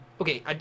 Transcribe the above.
okay